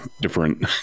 different